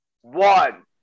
one